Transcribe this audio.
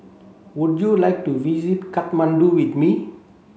would you like to visit Kathmandu with me